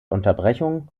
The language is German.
unterbrechung